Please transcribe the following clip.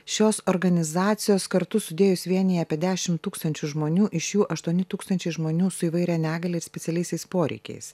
šios organizacijos kartu sudėjus vienija apie dešim tūkstančių žmonių iš jų aštuoni tūkstančiai žmonių su įvairia negalia ir specialiaisiais poreikiais